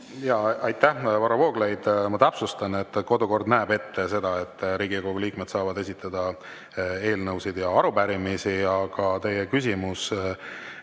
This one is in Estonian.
Aitäh, Varro Vooglaid! Ma täpsustan, et kodukord näeb ette seda, et Riigikogu liikmed saavad esitada eelnõusid ja arupärimisi, aga teie küsimus